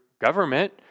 government